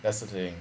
that's the thing